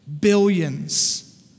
billions